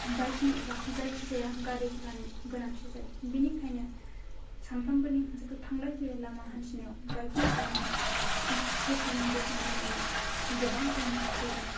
bike एबा जायकि जाय गारि घरानि गोनांथि जायो बेनि खायनो सामफ्रामबोनि थांलाय फैलाय लामा हान्थिनाययाव बाइकिं खालामनायाव पेट्रलनि बेसेन बारायनाया गोबां गोहोम खोख्लैदों